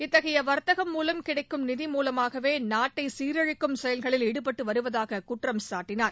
இத்தகைய வர்த்தகம் மூலம் கிடைக்கும் நிதி மூலமாகவே நாட்டை சீரழிக்கும் செயல்களில் ஈடுபட்டு வருவதாக குற்றம்சாட்டினார்